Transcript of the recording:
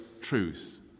truth